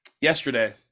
yesterday